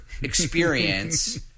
experience